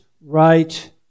right